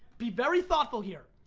be very thoughtful here.